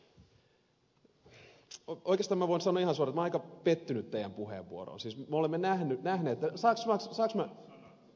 laakso oikeastaan minä voin sanoa ihan suoraan että minä olen aika pettynyt teidän puheenvuoroonne